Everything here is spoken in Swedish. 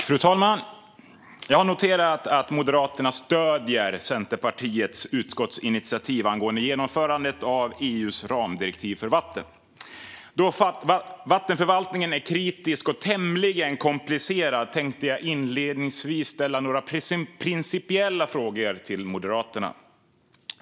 Fru talman! Jag har noterat att Moderaterna stöder Centerpartiets utskottsinitiativ angående genomförandet av EU:s ramdirektiv för vatten. Då vattenförvaltningen är kritisk och tämligen komplicerad tänkte jag inledningsvis ställa några principiella frågor till Moderaterna.